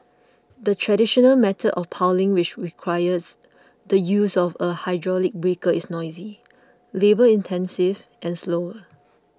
the traditional method of piling which requires the use of a hydraulic breaker is noisy labour intensive and slower